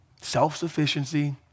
Self-sufficiency